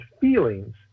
feelings